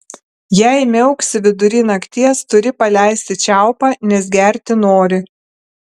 jei miauksi vidury nakties turi paleisti čiaupą nes gerti nori